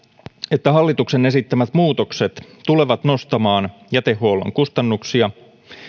että hallituksen esittämät muutokset tulevat nostamaan jätehuollon kustannuksia